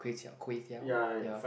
kway kway-teow ya